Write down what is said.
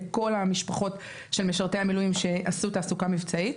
לכל המשפחות של משרתי המילואים שעשו תעסוקה מבצעית.